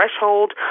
threshold